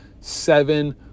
seven